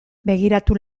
begiratu